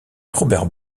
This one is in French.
robert